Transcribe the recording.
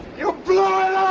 yo yo